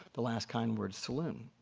the last kind words saloon.